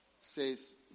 says